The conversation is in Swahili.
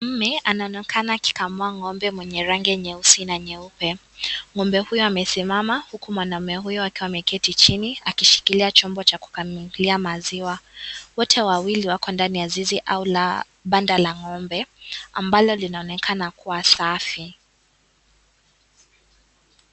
Mume anaonekana akikamua ng'ombe mwenye rangi nyeusi na nyeupe. Ngombe huyu amesimama huku mwanaume huyu akiwa ameketi akishikilia chombo cha kukamulia maziwa. Wote wawili wako ndani ya zizi au banda la ngombe ambalo linaloonekana kuwa safi.